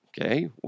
Okay